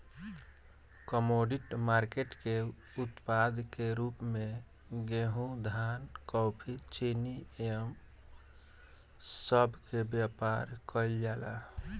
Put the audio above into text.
commodity market के उत्पाद के रूप में गेहूं धान कॉफी चीनी ए सब के व्यापार केइल जाला